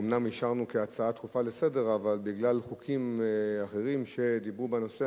אומנם אישרנו כהצעה דחופה לסדר אבל בגלל חוקים אחרים שדיברו בנושא,